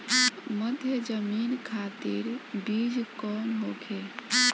मध्य जमीन खातिर बीज कौन होखे?